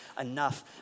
enough